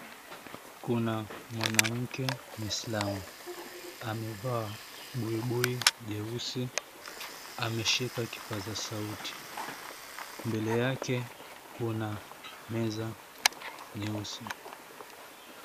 Kuna mwanamke muislamu amevaa buibui jeusi ameshika kipaza sauti, mbele yake kuna meza nyeusi